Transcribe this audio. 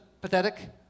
pathetic